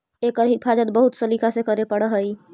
एकर हिफाज़त बहुत सलीका से करे पड़ऽ हइ